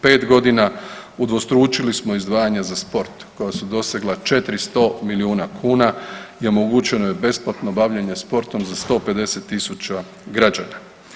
5 godina udvostručili smo izdvajanja za sport koja su dosegla 400 milijuna kuna i omogućeno je besplatno bavljenje sportom za 150 000 građana.